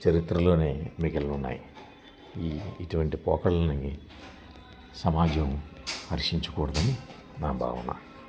చరిత్రలోనే మిగిలి ఉన్నాయి ఈ ఇటువంటి పోకడలని సమాజం హర్షించకూడదని నా భావన